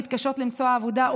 מתקשות למצוא עבודה.